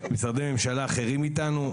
משרדי ממשלה אחרים איתנו,